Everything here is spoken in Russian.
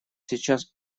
сейчас